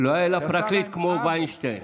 לא היה לה פרקליט כמו וינשטיין.